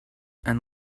and